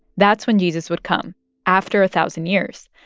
that's when jesus would come after a thousand years.